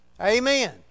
Amen